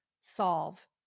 solve